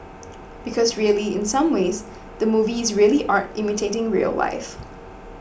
because really in some ways the movie is really art imitating real life